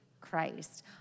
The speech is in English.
Christ